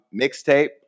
mixtape